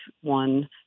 one